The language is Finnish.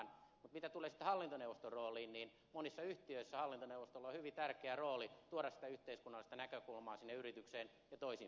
mitä tulee sitten hallintoneuvoston rooliin niin monissa yhtiöissä hallintoneuvostolla on hyvin tärkeä rooli tuoda sitä yhteiskunnallista näkökulmaa sinne yritykseen ja toisin päin